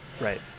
Right